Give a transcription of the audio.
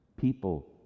People